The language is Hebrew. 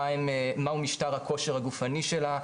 מהו משטר הכושר הגופני שלה,